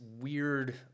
weird